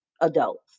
adults